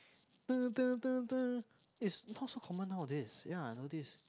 it's not so common nowadays ya nowadays